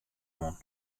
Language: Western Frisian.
oan